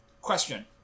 question